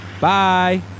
Bye